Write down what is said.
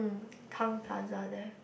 Tang-Plaza there